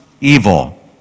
evil